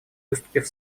выступив